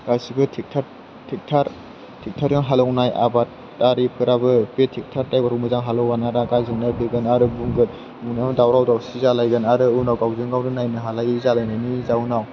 गासैबो थ्रेक्ट'रजों हालेवनाय आबादारिफोराबो बे थ्रेक्ट'र ड्राइभारखौ मोजां हालेव होना गाज्रि मोनना फैगोन आरो बुंगोन दावराव दावसि जालायगोन आरो उनाव गावजों गावनो नायनो हालायि जालायनायनि जाहोनाव